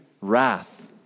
wrath